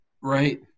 Right